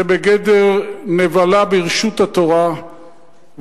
זה בגדר נבלה ברשות התורה,